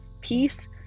Peace